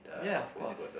ya of course